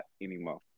anymore